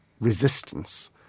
resistance